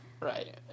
Right